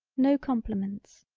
no compliments.